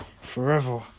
forever